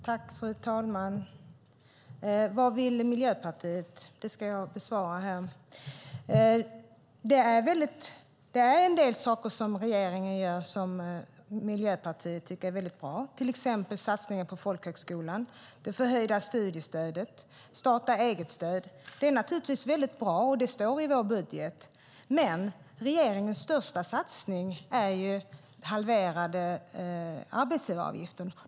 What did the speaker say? Fru talman! Vad vill Miljöpartiet? Jag ska besvara den frågan nu. Det finns en del saker som regeringen gör som Miljöpartiet tycker är mycket bra, till exempel satsningen på folkhögskolan, det förhöjda studiestödet och starta-eget-stödet. Det är mycket bra, och det står i vår budget. Men regeringens största satsning är halverade arbetsgivaravgifter.